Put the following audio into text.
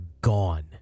gone